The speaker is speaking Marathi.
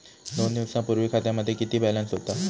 दोन दिवसांपूर्वी खात्यामध्ये किती बॅलन्स होता?